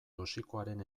toxikoaren